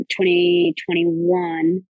2021